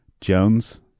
Jones